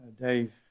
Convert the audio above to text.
Dave